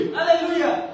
Hallelujah